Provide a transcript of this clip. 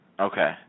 Okay